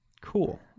cool